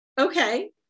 okay